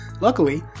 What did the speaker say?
Luckily